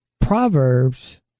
Proverbs